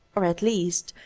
or, at least,